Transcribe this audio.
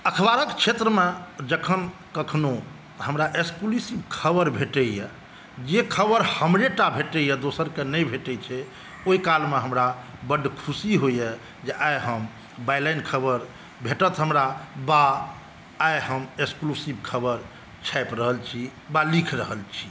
अखबारक क्षेत्र मे जखन कखनो हमरा एक्सक्लूसिव खबर भेटैया जे खबर हमरेटा भेटैया दोसर के नहि भेटै छै ओहिकाल मे हमरा बड ख़ुशी होइया आइ हम बाइलाइन खबर भेटत हमरा बा आइ हम एक्सक्लूसिव खबर छापि रहल छी बा लीख रहल छी